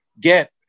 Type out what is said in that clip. get